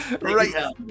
Right